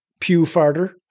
pew-farter